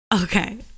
okay